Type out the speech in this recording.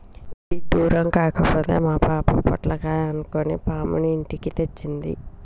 ఇడ్డురం కాకపోతే మా పాప పొట్లకాయ అనుకొని పాముని ఇంటికి తెచ్చింది